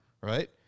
Right